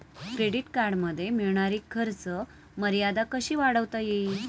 Credit कार्डमध्ये मिळणारी खर्च मर्यादा कशी वाढवता येईल?